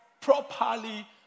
properly